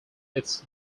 its